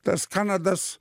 tas kanadas